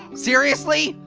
seriously?